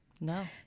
No